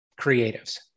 creatives